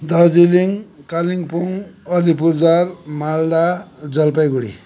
Darjeeling Kalimpong Alipurduar Malda Jalpaiguri